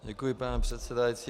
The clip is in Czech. Děkuji, pane předsedající.